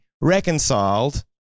reconciled